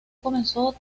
comenzó